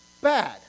bad